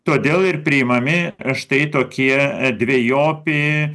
todėl ir priimami štai tokie dvejopi